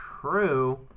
True